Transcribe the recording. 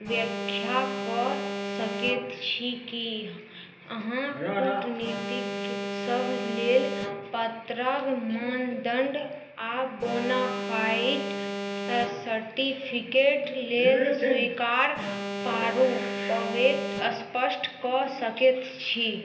व्याख्या कऽ सकै छी कि अहाँ कूटनीतिज्ञसभ लेल पात्रके मानदण्ड आओर बोनाफाइड सर्टिफिकेट लेल स्वीकार्य प्रारूपकेँ स्पष्ट कऽ सकै छी